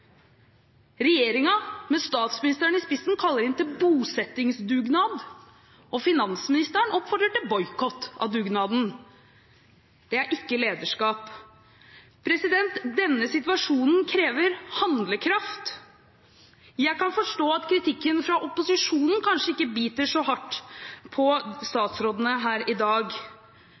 med statsministeren i spissen, kaller inn til bosettingsdugnad, og finansministeren oppfordrer til boikott av dugnaden. Det er ikke lederskap. Denne situasjonen krever handlekraft. Jeg kan forstå at kritikken fra opposisjonen kanskje ikke biter så hardt på